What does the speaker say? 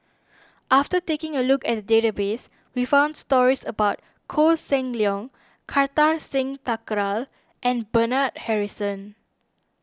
after taking a look at the database we found stories about Koh Seng Leong Kartar Singh Thakral and Bernard Harrison